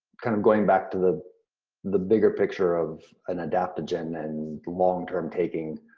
kind of going back to the the bigger picture of an adaptogen and longterm taking,